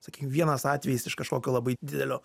sakykim vienas atvejis iš kažkokio labai didelio